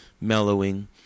mellowing